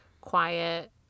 quiet